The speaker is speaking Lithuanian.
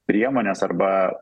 priemones arba